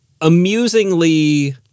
amusingly